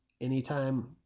anytime